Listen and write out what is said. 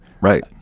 Right